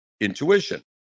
intuition